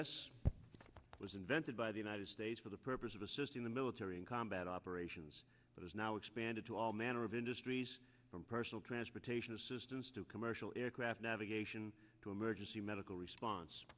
s was invented by the united states for the purpose of assisting the military in combat operations it has now expanded to all manner of industries from personal transportation assistance to commercial aircraft navigation to emergency medical response